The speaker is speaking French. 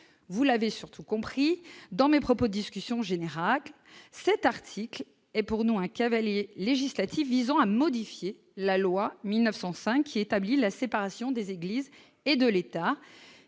vous l'avez surtout compris dans mes propos discussion Générac cet article est pour nous un cavalier législatif visant à modifier la loi de 1905 qui établit la séparation des Églises et de l'État,